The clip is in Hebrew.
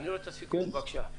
בבקשה.